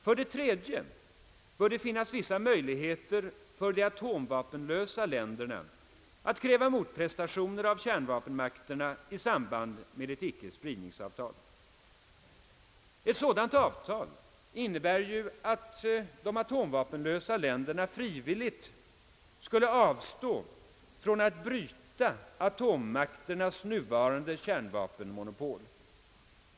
För det tredje bör det finnas vissa möjligheter för de atomvapenlösa länderna att kräva motprestationer av kärnvapenmakterna i samband med ett icke-spridningsavtal. Ett sådant avtal innebär ju att de atomvapenlösa länderna frivilligt skulle avstå från att bryta atommakternas nuvarande kärnvapenmonopol.